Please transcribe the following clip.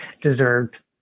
deserved